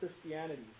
Christianity